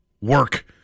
Work